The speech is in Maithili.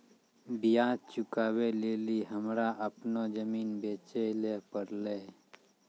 ब्याज चुकबै लेली हमरा अपनो जमीन बेचै ले पड़लै